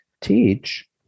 teach